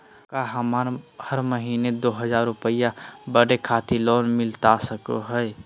का हमरा हरी महीना दू हज़ार रुपया पढ़े खातिर लोन मिलता सको है?